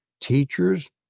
teachers